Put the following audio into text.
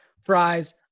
fries